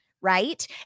Right